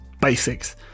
basics